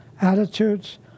Attitudes